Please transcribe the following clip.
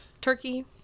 Turkey